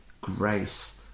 grace